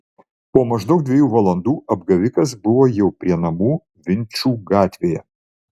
po maždaug dviejų valandų apgavikas buvo jau prie namų vinčų gatvėje